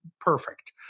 perfect